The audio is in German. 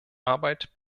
arbeit